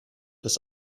des